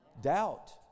Doubt